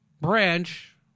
branch